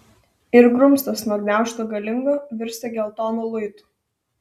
ir grumstas nuo gniaužto galingo virsta geltonu luitu